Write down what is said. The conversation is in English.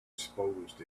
exposed